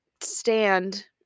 stand